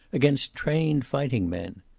against trained fighting men.